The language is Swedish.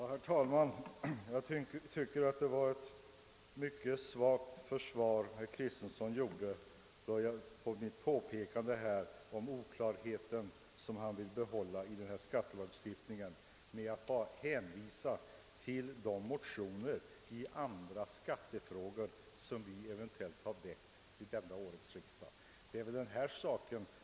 Herr talman! Jag tycker att det var ett mycket svagt försvar herr Kristenson presterade för den oklarhet som han ville behålla i skattelagstiftningen, då han bara hänvisade till de motioner i andra skattefrågor som vi eventuellt har väckt vid detta års riksdag.